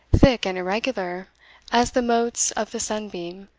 thick and irregular as the motes of the sun-beam,